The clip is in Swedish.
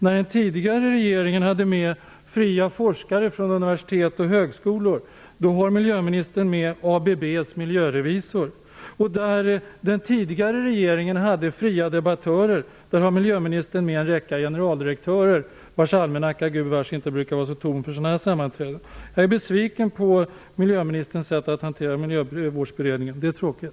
Medan den tidigare regeringen hade med fria forskare från universitet och högskolor har miljöministern tagit med ABB:s miljörevisor. Och där den tidigare regeringen hade fria debattörer har miljöministern satt in en rad generaldirektörer, vilkas almanackor gubevars inte brukar ha så stor plats för sammanträden med ett sådant här organ. Jag är besviken på miljöministerns sätt att hantera Miljövårdsberedningen. Det är tråkigt.